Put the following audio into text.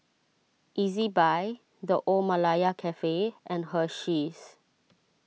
Ezbuy the Old Malaya Cafe and Hersheys